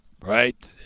right